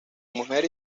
mujer